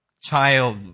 child